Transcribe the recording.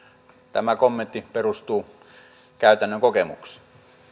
tämä kommentti perustuu käytännön kokemukseen